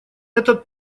этот